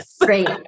Great